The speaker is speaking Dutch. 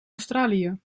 australië